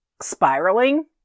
spiraling